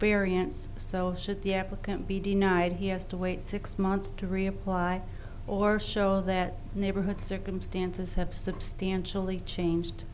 variance so should the applicant be denied he has to wait six months to reapply or show that neighborhood circumstances have substantially changed